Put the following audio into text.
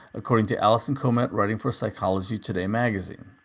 according to allison komet writing for psychology today magazine.